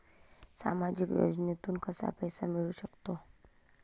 सामाजिक योजनेतून कसा पैसा मिळू सकतो?